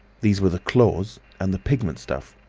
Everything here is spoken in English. these were the claws and the pigment stuff,